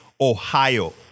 Ohio